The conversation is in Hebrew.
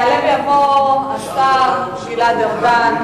יעלה ויבוא השר ארדן.